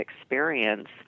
experience